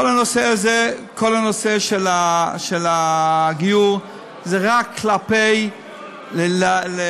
כל הנושא של הגיור זה רק כדי לקנטר.